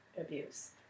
abuse